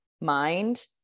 mind